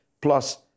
plus